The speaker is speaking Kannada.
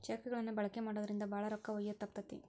ಚೆಕ್ ಗಳನ್ನ ಬಳಕೆ ಮಾಡೋದ್ರಿಂದ ಭಾಳ ರೊಕ್ಕ ಒಯ್ಯೋದ ತಪ್ತತಿ